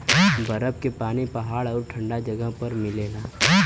बरफ के पानी पहाड़ आउर ठंडा जगह पर मिलला